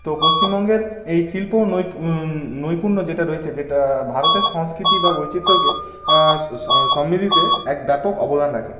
তো পশ্চিমবঙ্গের এই শিল্প ও নৈপুণ্য যেটা রয়েছে যেটা ভারতের সংস্কৃতি বা বৈচিত্র্যকে সমৃদ্ধিতে এক ব্যাপক অবদান রাখে